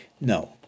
No